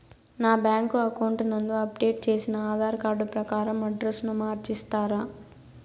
నా bank account నందు update చేసిన ఆధార్ కార్డు ప్రకారం అడ్రస్ ను మార్చిస్తారా?